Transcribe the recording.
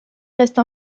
reste